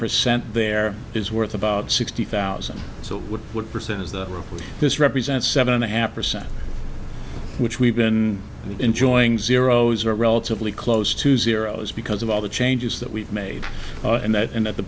their there is worth about sixty thousand so what percent is that this represents seven and a half percent which we've been enjoying zeroes are relatively close to zero is because of all the changes that we've made and that in at the